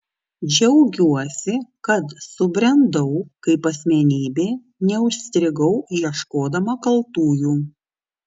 džiaugiuosi kad subrendau kaip asmenybė neužstrigau ieškodama kaltųjų